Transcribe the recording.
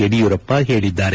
ಯಡಿಯೂರಪ್ಪ ಹೇಳಿದ್ದಾರೆ